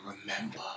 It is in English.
remember